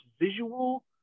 visual